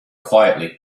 quietly